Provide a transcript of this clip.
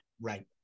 Right